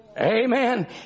Amen